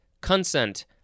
consent